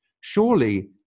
Surely